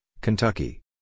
Kentucky